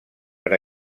per